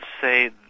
say